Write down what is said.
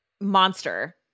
monster